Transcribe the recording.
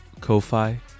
Ko-Fi